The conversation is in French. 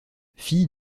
fille